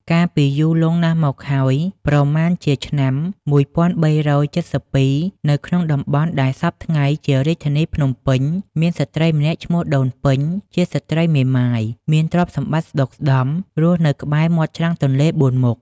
កាលពីយូរលង់ណាស់មកហើយ ប្រមាណជាឆ្នាំ ១៣៧២ នៅក្នុងតំបន់ដែលសព្វថ្ងៃជារាជធានីភ្នំពេញ មានស្ត្រីម្នាក់ឈ្មោះ ដូនពេញ ជាស្ត្រីមេម៉ាយមានទ្រព្យសម្បត្តិស្ដុកស្ដម្ភ រស់នៅក្បែរមាត់ច្រាំងទន្លេបួនមុខ។